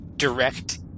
direct